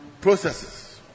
processes